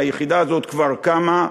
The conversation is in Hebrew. היחידה הזו כבר קמה,